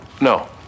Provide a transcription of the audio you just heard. No